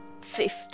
Fifth